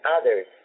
others